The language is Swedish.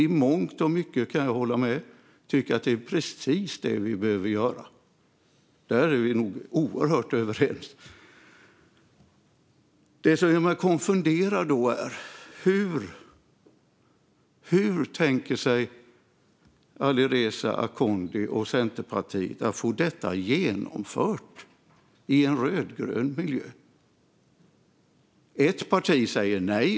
I mångt och mycket kan jag hålla med och tycka att det är precis det vi behöver göra. Där är vi nog oerhört överens. Det som gör mig konfunderad är hur Alireza Akhondi och Centerpartiet tänker sig att få detta genomfört i en rödgrön miljö. Ett parti säger nej.